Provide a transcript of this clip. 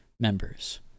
members